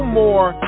more